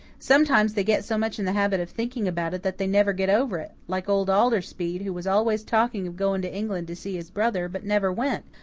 sometimes they get so much in the habit of thinking about it that they never get over it like old alder speed, who was always talking of going to england to see his brother, but never went,